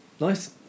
Nice